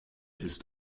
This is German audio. ist